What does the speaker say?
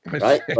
Right